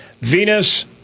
Venus